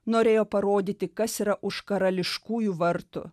norėjo parodyti kas yra už karališkųjų vartų